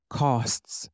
costs